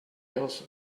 else